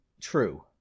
True